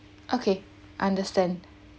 okay understand